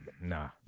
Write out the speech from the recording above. Nah